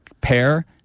pair